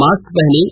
mask पहनें